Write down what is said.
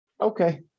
Okay